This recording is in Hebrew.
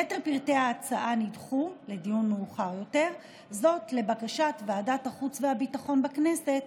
יתר פרטי ההצעה נדחו לדיון מאוחר יותר לבקשת ועדת החוץ והביטחון בכנסת,